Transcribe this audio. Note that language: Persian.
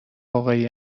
واقعی